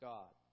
God